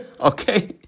Okay